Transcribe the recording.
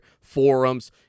forums